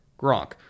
Gronk